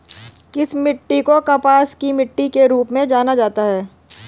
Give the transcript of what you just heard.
किस मिट्टी को कपास की मिट्टी के रूप में जाना जाता है?